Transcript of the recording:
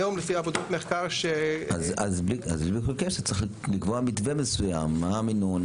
היום לפי עבודות מחקר --- אז צריך לקבוע מתווה מסוים מה המינון.